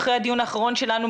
אחרי הדיון האחרון שלנו,